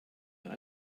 mehr